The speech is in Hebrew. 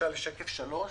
לשקף שלוש.